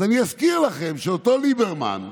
אז אני אזכיר לכם שאותו ליברמן,